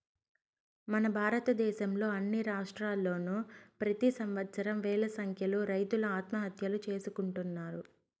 మన భారతదేశంలో అన్ని రాష్ట్రాల్లోనూ ప్రెతి సంవత్సరం వేల సంఖ్యలో రైతులు ఆత్మహత్యలు చేసుకుంటున్నారు